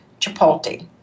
Chipotle